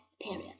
period